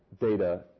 data